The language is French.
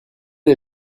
est